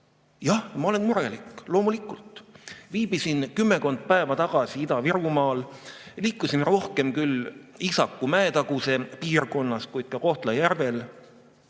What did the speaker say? ma olen murelik, loomulikult. Viibisin kümmekond päeva tagasi Ida-Virumaal. Liikusime rohkem küll Iisaku ja Mäetaguse piirkonnas, kuid ka Kohtla-Järvel.